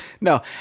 No